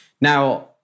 Now